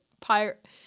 pirate